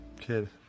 kid